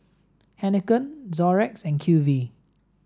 Heinekein Xorex and Q Z